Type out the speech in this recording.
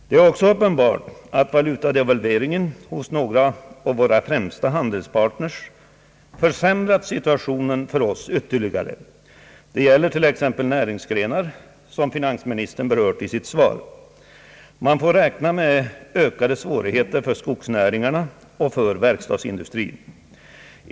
Det är också uppenbart att valutadevalveringarna hos några av våra främsta handelspartners försämrat situationen för oss ytterligare. Det gäller t.ex. de näringsgrenar som finansministern berört i sitt svar. Man får räkna med ökade svårigheter för skogsnäringarna och för verkstadsindustrin.